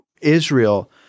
Israel